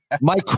Mike